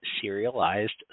serialized